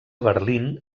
berlín